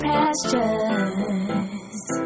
Pastures